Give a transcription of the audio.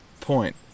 point